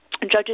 Judges